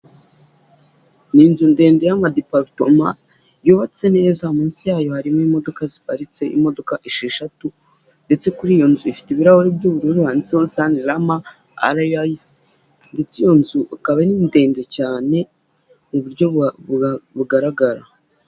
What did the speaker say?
Ni inzu ndende y'amadiparitoma yubatse neza, munsi yayo harimo imodoka ziparitse imodoka esheshatu ndetse kuri iyo nzu ifite ibirahuri by'ubururu handitseho sanirama areyayisi ndetse iyo nzu ikaba ni ndende cyane mu buryo bugaragara.